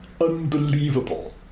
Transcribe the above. unbelievable